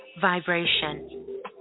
vibration